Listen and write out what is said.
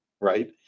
right